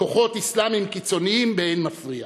כוחות אסלאמיים קיצוניים באין מפריע.